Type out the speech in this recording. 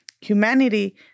humanity